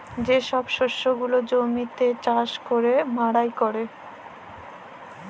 যে ছব শস্য গুলা জমিল্লে চাষ ক্যইরে মাড়াই ক্যরে